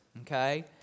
okay